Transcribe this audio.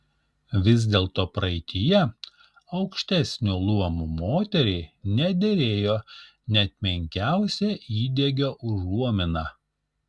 vis dėlto praeityje aukštesnio luomo moteriai nederėjo net menkiausia įdegio užuomina